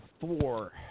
four